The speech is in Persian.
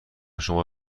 شما